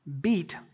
beat